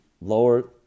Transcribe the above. lower